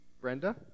Brenda